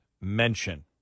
mention